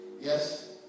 Yes